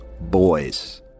boys